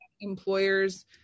employers